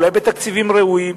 אולי בתקציבים ראויים,